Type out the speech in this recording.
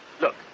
Look